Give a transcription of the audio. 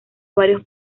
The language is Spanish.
varios